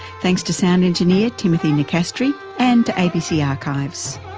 thanks to sound engineer, timothy nicastri, and to abc archives.